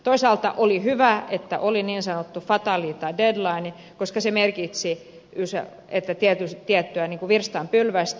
toisaalta oli hyvä että oli niin sanottu deadline koska se merkitsi tiettyä virstanpylvästä